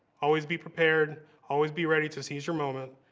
always be prepared, always be ready to seize your moment,